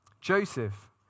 Joseph